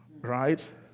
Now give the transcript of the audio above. Right